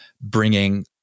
bringing